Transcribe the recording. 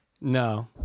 No